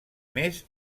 més